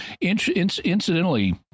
incidentally